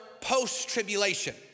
post-tribulation